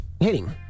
Hitting